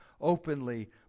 openly